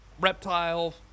Reptile